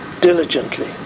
diligently